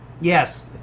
Yes